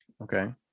Okay